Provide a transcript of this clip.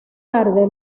tarde